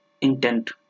intent